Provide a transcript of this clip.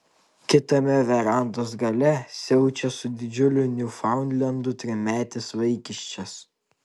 kitame verandos gale siaučia su didžiuliu niufaundlendu trimetis vaikiščias